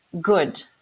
good